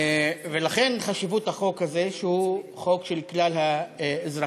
לכן חשיבות החוק הזה, שהוא חוק של כלל האזרחים.